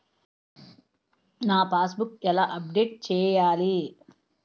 నా passbook ఎలా update చేయాలి?